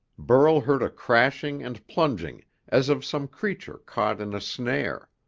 burl heard a crashing and plunging as of some creature caught in a snare.